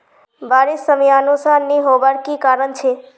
बारिश समयानुसार नी होबार की कारण छे?